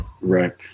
right